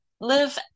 live